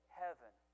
heaven